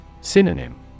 Synonym